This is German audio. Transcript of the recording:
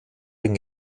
den